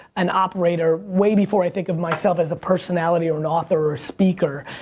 an operator way before i think of myself as a personality or an author or speaker.